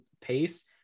pace